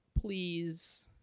please